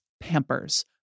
Pampers